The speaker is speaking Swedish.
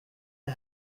det